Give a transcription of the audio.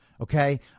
okay